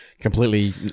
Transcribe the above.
completely